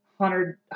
Hundred